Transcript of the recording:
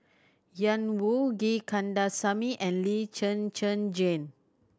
Ian Woo G Kandasamy and Lee Zhen Zhen Jane